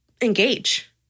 engage